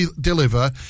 deliver